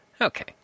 Okay